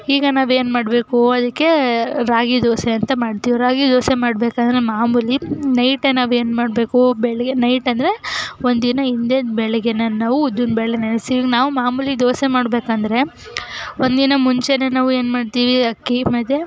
ಈಗ ನಾವೇನು ಮಾಡಬೇಕು ಅದಕ್ಕೆ ರಾಗಿ ದೋಸೆ ಅಂತ ಮಾಡ್ತೀವಿ ರಾಗಿ ದೋಸೆ ಮಾಡಬೇಕಂದ್ರೆ ಮಾಮೂಲಿ ನೈಟೆ ನಾವೇನು ಮಾಡಬೇಕು ಬೆಳಗ್ಗೆ ನೈಟ್ ಅಂದರೆ ಒಂದು ದಿನ ಹಿಂದೆ ಬೆಳಗ್ಗೆಯೇ ನಾವು ಉದ್ದಿನ ಬೇಳೆ ನೆನೆಸಿ ನಾವು ಮಾಮೂಲಿ ದೋಸೆ ಮಾಡಬೇಕಂದ್ರೆ ಒಂದು ದಿನ ಮುಂಚೆಯೇ ನಾವು ಏನು ಮಾಡ್ತೀವಿ ಅಕ್ಕಿ ಮತ್ತು